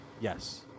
Yes